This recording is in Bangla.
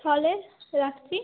তাহলে রাখছি